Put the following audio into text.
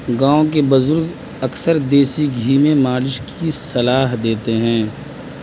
گاؤں کے بزرگ اکثر دیسی حکیم مالش کی صلاح دیتے ہیں